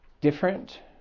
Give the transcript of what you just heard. different